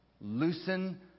Loosen